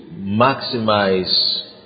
maximize